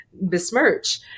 besmirch